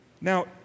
Now